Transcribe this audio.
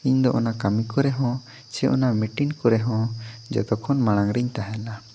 ᱤᱧ ᱫᱚ ᱚᱱᱟ ᱠᱟᱹᱢᱤ ᱠᱚᱨᱮ ᱦᱚᱸ ᱥᱮ ᱚᱱᱟ ᱢᱤᱴᱤᱱ ᱠᱚᱨᱮ ᱦᱚᱸ ᱡᱚᱛᱚ ᱠᱷᱚᱱ ᱢᱟᱲᱟᱝ ᱨᱤᱧ ᱛᱟᱦᱮᱱᱟ